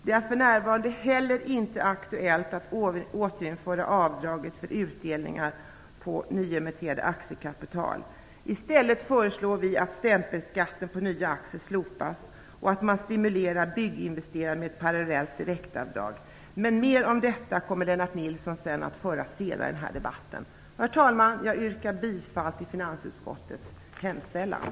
Det är för närvarande inte heller aktuellt att återinföra avdraget för utdelningar på nyemitterat aktiekapital. I stället föreslår vi att stämpelskatten på nya aktier slopas så att man skall stimulera bygginvesteringar med ett partiellt direktavdrag. Lennart Nilsson kommer att tala mera om detta senare i debatten. Herr talman! Jag yrkar bifall till finansutskottets hemställan.